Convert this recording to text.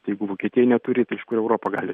tai jeigu vokietija neturi tai iš kur europa gali